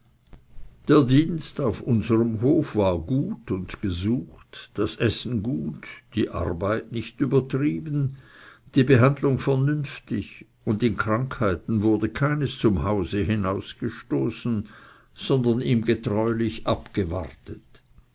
der dienst auf unserm hof war gut und gesucht das essen gut die arbeit nicht übertrieben die behandlung vernünftig und in krankheiten wurde keines zum hause hinausgestoßen sondern ihm getreulich abgewartet